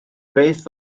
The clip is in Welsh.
beth